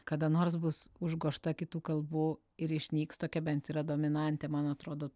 kada nors bus užgožta kitų kalbų ir išnyks tokia bent yra dominantė man atrodo